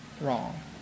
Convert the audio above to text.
wrong